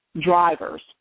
drivers